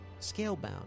scalebound